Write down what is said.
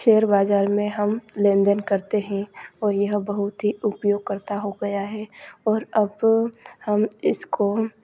share बाज़ार में हम लेन देन करते हैं और यह बहुत ही उपयोग करता हो गया है और अब हम इसको